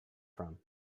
from